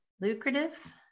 lucrative